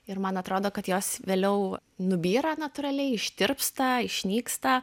ir man atrodo kad jos vėliau nubyra natūraliai ištirpsta išnyksta